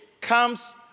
comes